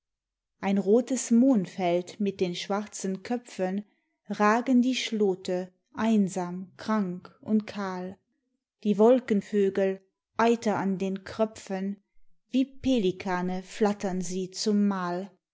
ein rotes mohnfeld mit den schwarzen köpfen ragen die schlote einsam krank und kahl die wolkenvögel eiter an den kröpfen wie pelikane flattern sie zum mahl